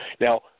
Now